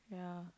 ya